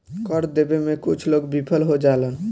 कर देबे में कुछ लोग विफल हो जालन